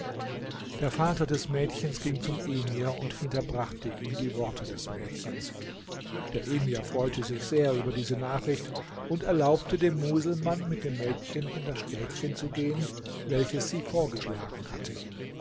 der vater des mädchens ging zum emir und hinterbrachte ihm die worte des mädchens der emir freute sich sehr über diese nachricht und erlaubte dem muselmann mit dem mädchen in das städtchen zu gehen welches sie vorgeschlagen hatte